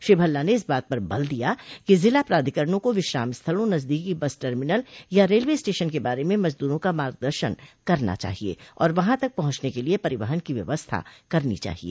श्री भल्ला ने इस बात पर बल दिया कि जिला प्राधिकरणों को विश्राम स्थलों नजदीकी बस टर्मिनल या रेलवे स्टेशन के बारे में मजदूरों का मार्गदर्शन करना चाहिए और वहां तक पहुंचने के लिए परिवहन की व्यवस्था करनी चाहिए